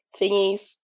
thingies